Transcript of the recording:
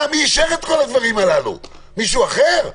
מי אישר את כל הדברים האלו, מישהו אחר?